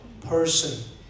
person